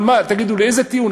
אבל מה, תגידו לי, איזה טיעון?